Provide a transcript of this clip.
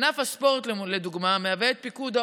ענף הספורט לדוגמה הוא "פיקוד העורף"